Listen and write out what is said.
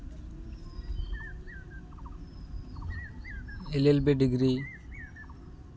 L L B degree